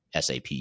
SAP